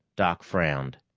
doc frowned.